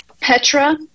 Petra